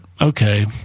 okay